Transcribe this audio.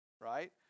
right